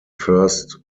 first